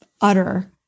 utter